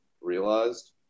realized